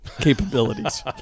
capabilities